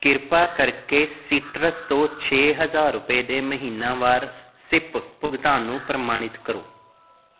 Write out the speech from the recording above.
ਕਿਰਪਾ ਕਰਕੇ ਸੀਟਰਸ ਤੋਂ ਛੇ ਹਜ਼ਾਰ ਰੁਪਏ ਦੇ ਮਹੀਨਾਵਾਰ ਸਿਪ ਭੁਗਤਾਨ ਨੂੰ ਪ੍ਰਮਾਣਿਤ ਕਰੋ